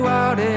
out